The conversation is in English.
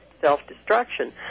self-destruction